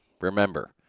remember